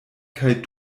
kaj